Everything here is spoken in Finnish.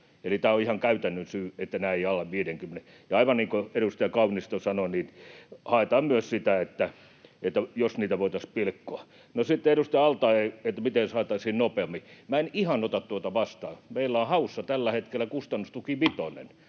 tämä on ihan käytännön syy, että ei alle 50:n. Ja aivan niin kuin edustaja Kaunisto sanoi, niin haetaan myös sitä, että jos niitä voitaisiin pilkkoa. No, sitten edustaja al-Taee kysyi, miten saataisiin nopeammin. Minä en ihan ota tuota vastaan. Meillä on haussa tällä hetkellä kustannustuki